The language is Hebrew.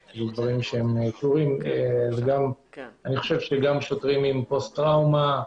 גם שוטרים עם פוסט טראומה-